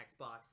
Xbox